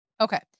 Okay